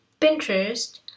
Pinterest